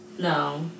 No